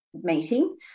meeting